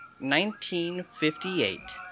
1958